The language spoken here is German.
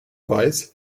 weiß